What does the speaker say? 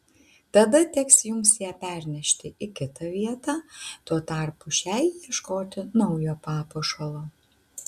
tada teks jums ją pernešti į kitą vietą tuo tarpu šiai ieškoti naujo papuošalo